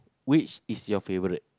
which is your favourite